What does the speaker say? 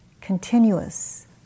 continuous